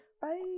Bye